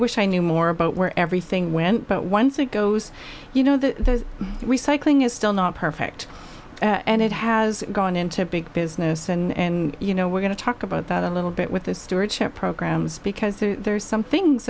wish i knew more about where everything went but once it goes you know the recycling is still not perfect and it has gone into big business and you know we're going to talk about that a little bit with this stewardship programs because there's some things